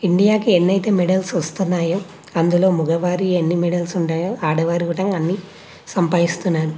ఇండియాకి ఎన్నైతే మెడల్స్ వస్తున్నాయో అందులో మగవారివి ఎన్ని మెడల్స్ ఉంటాయో ఆడవారు కూడా అన్ని సంపాదిస్తున్నారు